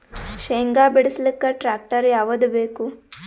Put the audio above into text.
ಶೇಂಗಾ ಬಿಡಸಲಕ್ಕ ಟ್ಟ್ರ್ಯಾಕ್ಟರ್ ಯಾವದ ಬೇಕು?